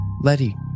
Letty